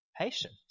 patient